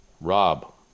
rob